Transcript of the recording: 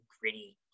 gritty